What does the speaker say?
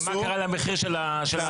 רגע, ומה קרה, מה קרה למחיר של האשראי?